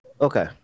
Okay